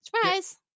Surprise